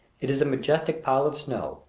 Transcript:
it is a majestic pile of snow,